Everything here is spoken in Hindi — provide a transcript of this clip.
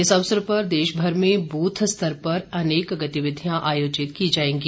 इस अवसर पर देशभर में ब्रथ स्तर पर अनेक गतिविधियां आयोजित की जाएंगी